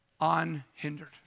unhindered